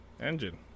engine